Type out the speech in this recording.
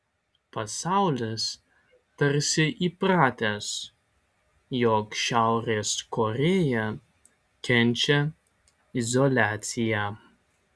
pasaulis tarsi įpratęs jog šiaurės korėja kenčia izoliaciją